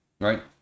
Right